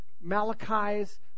Malachi's